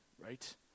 right